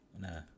no